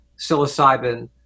psilocybin